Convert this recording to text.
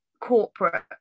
corporate